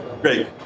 Great